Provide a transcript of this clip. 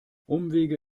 umwege